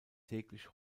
täglich